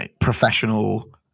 professional